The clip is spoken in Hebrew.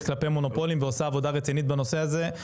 כלפי מונופולים ועושה עבודה רצינית בנושא הזה,